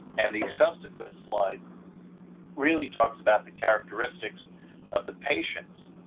and the subsequent slide really talks about the characteristics of the patients,